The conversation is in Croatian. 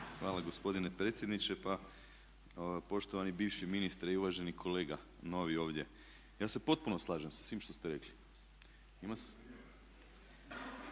Hvala gospodine predsjedniče. Pa poštovani bivši ministre i uvaženi kolega novi ovdje, ja se potpuno slažem sa svim što ste rekli.